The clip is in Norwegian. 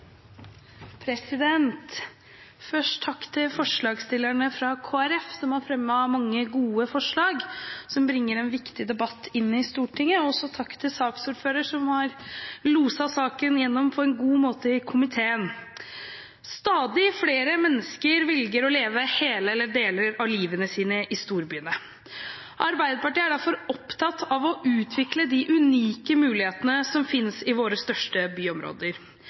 Først takk til forslagsstillerne fra Kristelig Folkeparti, som har fremmet mange gode forslag, som bringer en viktig debatt inn i Stortinget, og også takk til saksordføreren, som har loset saken igjennom på en god måte i komiteen. Stadig flere mennesker velger å leve hele eller deler av livet sitt i storbyene. Arbeiderpartiet er derfor opptatt av å utvikle de unike mulighetene som finnes i våre største byområder.